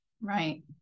right